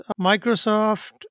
Microsoft